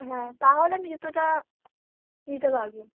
হ্যাঁ তাহলে আমি জুতোটা নিতে পারব